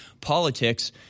politics